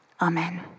Amen